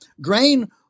Grain